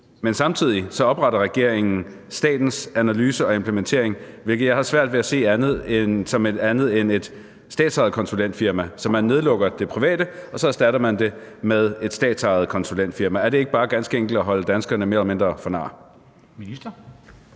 fint, samtidig med at regeringen opretter Statens Analyser og Implementering, hvilket jeg har svært at se som andet end et statsejet konsulentfirma, så man nedlukker det private, og så erstatter man det med et statsejet konsulentfirma? Er det ikke ganske enkelt at holde danskerne mere eller mindre for nar?